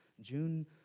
June